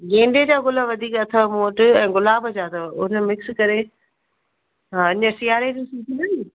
गेंदे जा गुल वधीक अथव मूं वटि ऐं गुलाब जा अथव उन में मिक्स करे हा हीअंर सियारे जी सीज़न आहे न